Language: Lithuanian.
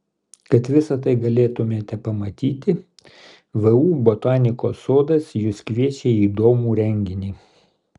kad visa tai galėtumėte pamatyti vu botanikos sodas jus kviečia į įdomų renginį